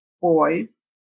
boys